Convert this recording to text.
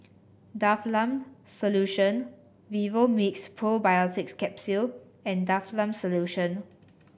Difflam Solution Vivomixx Probiotics Capsule and Difflam Solution